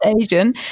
Asian